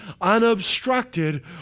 unobstructed